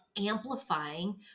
amplifying